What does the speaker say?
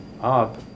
up